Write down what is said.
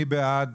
מי בעד